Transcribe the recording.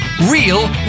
Real